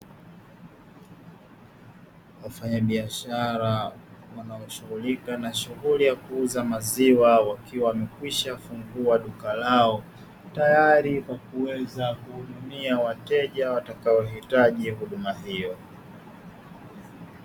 Wafanyabishara wanaoshughulikia na shughuli ya kuuza maziwa wakiwa wamekwisha fungua maduka lao, tayari kwa kuweza kuwahudumia wateja watakao hitaji huduma hiyo.